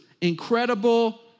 incredible